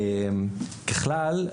ככלל,